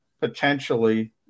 potentially